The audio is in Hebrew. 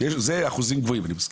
זה אחוזים גבוהים, אני מסכים.